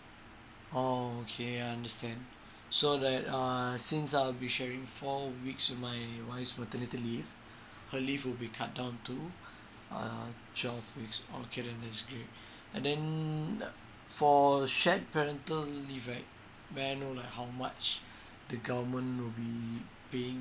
oh okay I understand so that err since I'll be sharing four weeks with my wife's maternity leave her leave will be cut down to uh twelve weeks okay then that's great and then uh for shared parental leave right may I know like how much the government will be paying